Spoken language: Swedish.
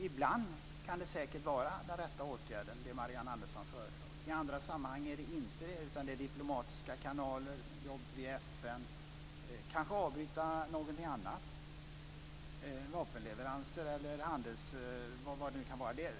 Ibland kan det som Marianne Andersson förelår säkert vara den rätta åtgärden. I andra sammanhang är det inte det. I stället handlar det kanske om diplomatiska kanaler, om arbete i FN. Kanske ska man avbryta någonting annat, vapenleveranser eller vad det nu kan vara.